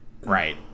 right